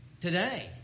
today